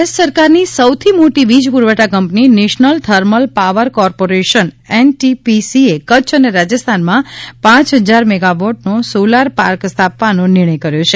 ભારત સરકારની સૈથી મોટી વીજ પ્રરવઠા company national thermal power corporation એનટીપીસીએ કચ્છ અને રાજસ્થાનમાં પાંચ હજાર મેગાવોટનો સોલાર પાર્ક સ્થાપવાનો નિર્ણય કર્યો છે